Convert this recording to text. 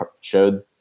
showed